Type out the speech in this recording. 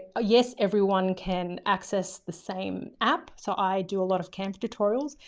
ah yes, everyone can access the same app. so i do a lot of camp tutorials,